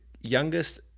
youngest